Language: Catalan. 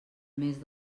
mes